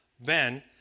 Ben